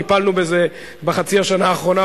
טיפלנו בזה בחצי השנה האחרונה,